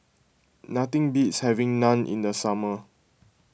nothing beats having Naan in the summer